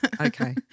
Okay